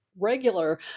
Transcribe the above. regular